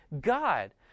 God